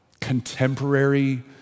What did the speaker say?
contemporary